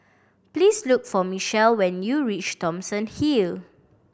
please look for Michell when you reach Thomson Hill